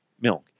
milk